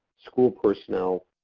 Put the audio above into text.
school personnel,